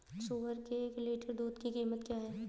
सुअर के एक लीटर दूध की कीमत क्या है?